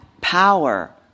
power